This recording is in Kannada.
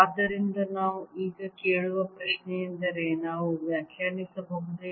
ಆದ್ದರಿಂದ ನಾವು ಈಗ ಕೇಳುವ ಪ್ರಶ್ನೆಯೆಂದರೆ ನಾವು ವ್ಯಾಖ್ಯಾನಿಸಬಹುದೇ